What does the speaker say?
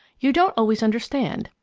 you don't always understand.